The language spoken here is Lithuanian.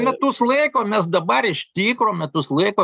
metus laiko mes dabar iš tikro metus laiko